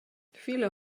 viele